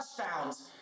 touchdowns